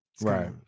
right